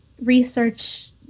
research